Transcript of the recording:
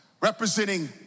Representing